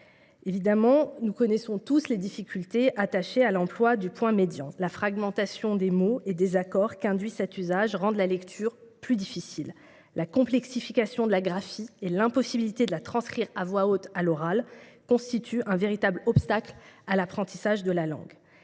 reviendrai. Nous connaissons tous les difficultés attachées à l’emploi du point médian : la fragmentation des mots et des accords qu’induit cet usage rend la lecture plus difficile. La complexification de la graphie et l’impossibilité de la transcrire à l’oral constituent un véritable obstacle à l’apprentissage de la langue.